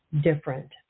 different